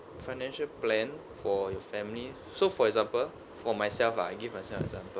financial plan for your family so for example for myself lah I give myself example